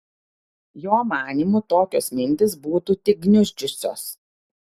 jo manymu tokios mintys būtų tik gniuždžiusios